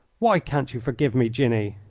why can't you forgive me, jinny?